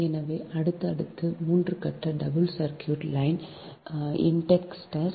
எனவே அடுத்தது அடுத்தது 3 கட்ட டபுள் சர்க்யூட் லைன் இன்டெக்டன்ஸ்